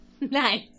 Nice